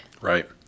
Right